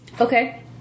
Okay